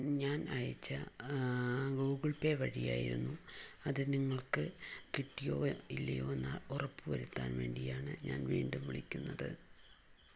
ഞാൻ അയച്ച Google Pay വഴിയായിരുന്നു അത് നിങ്ങൾക്ക് കിട്ടിയോ ഇല്ലയോ എന്ന് ഉറപ്പ് വരുത്താൻ വേണ്ടിയാണ് ഞാൻ വീണ്ടും വിളിക്കുന്നത്